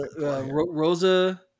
Rosa